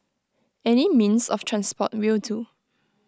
any means of transport will do